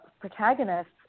protagonists